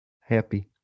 happy